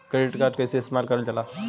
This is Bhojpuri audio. क्रेडिट कार्ड कईसे इस्तेमाल करल जाला?